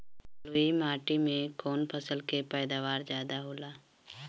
बालुई माटी में कौन फसल के पैदावार ज्यादा होला?